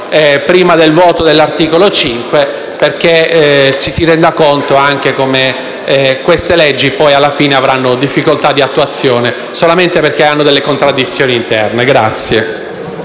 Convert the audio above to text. prima del voto sull'articolo 5, perché ci si renda conto anche di come queste leggi avranno difficoltà di attuazione solamente perché hanno delle contraddizioni interne.